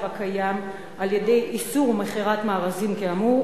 הקיים על-ידי איסור מכירת מארזים כאמור,